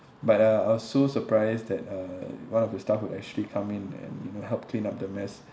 but uh I was so surprised that uh one of the staff would actually come in and you know help clean up the mess